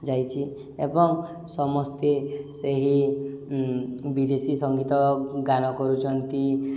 ଯାଇଛି ଏବଂ ସମସ୍ତେ ସେହି ବିଦେଶୀ ସଙ୍ଗୀତ ଗାନ କରୁଛନ୍ତି